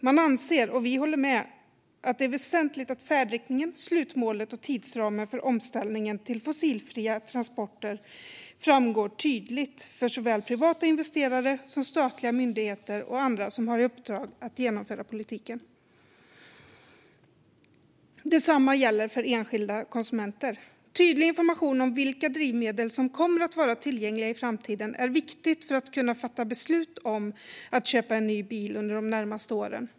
Man anser - och vi håller med - att det är väsentligt att färdriktningen, slutmålet och tidsramen för omställningen till fossilfria transporter framgår tydligt för såväl privata investerare som statliga myndigheter och andra som har i uppdrag att genomföra politiken. Detsamma gäller för enskilda konsumenter. Tydlig information om vilka drivmedel som kommer att vara tillgängliga i framtiden är viktigt för att kunna fatta beslut om att köpa en ny bil under de närmaste åren.